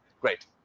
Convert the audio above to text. Great